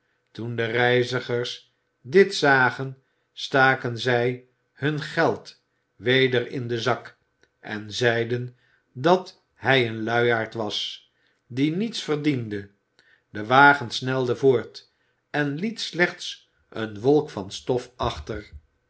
toen de reizigers dit zagen staken zij hun geld weder in den zak en zeiden dat hij een luiaard was die niets verdiende de wagen snelde voort en liet slechts eene wolk i van stof